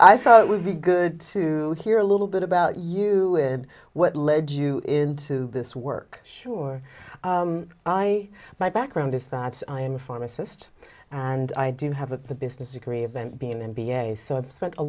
i thought it would be good to hear a little bit about you what led you into this work sure i my background is that i am a pharmacist and i do have a business degree a bent being a